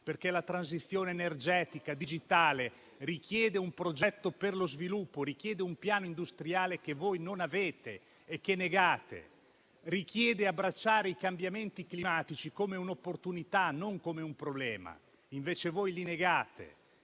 perché la transizione energetica e digitale richiede un progetto per lo sviluppo; richiede un piano industriale che voi non avete e che negate; richiede di abbracciare la questione dei cambiamenti climatici come un'opportunità, non come un problema. Invece voi li negate